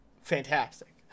fantastic